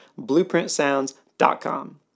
blueprintsounds.com